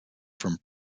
from